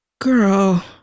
Girl